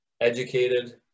educated